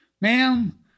ma'am